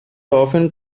often